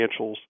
financials